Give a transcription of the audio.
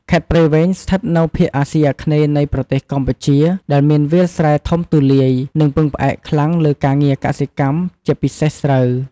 ខេត្តព្រៃវែង ស្ថិតនៅភាគអាគ្នេយ៍នៃប្រទេសកម្ពុជា ដែលមានវាលស្រែធំទូលាយ និងពឹងផ្អែកខ្លាំងលើការងារកសិកម្ម ជាពិសេសស្រូវ។